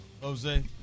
Jose